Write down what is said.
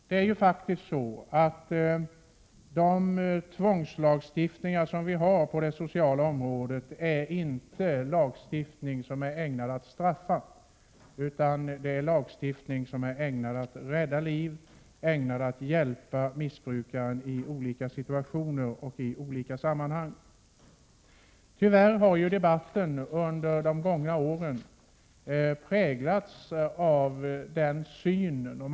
Den tvångslagstiftning som finns på det sociala området är inte ägnad att straffa, utan den är ägnad att rädda liv och att hjälpa missbrukaren i olika situationer. Tyvärr har debatten under de gångna åren präglats av en viss syn.